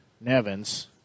Nevins